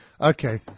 Okay